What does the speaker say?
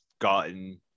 gotten